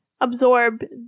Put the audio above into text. absorb